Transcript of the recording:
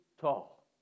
tall